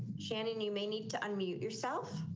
shannon, you may need to unmute yourself.